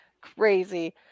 Crazy